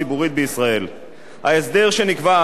ההסדר שנקבע אז היה הסדר זמני,